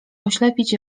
oślepić